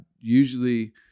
usually